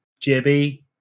JB